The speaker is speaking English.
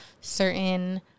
certain